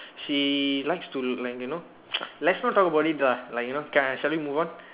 she likes to like you know let's not talk about it lah like you know okay shall we move on